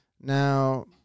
Now